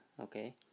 okay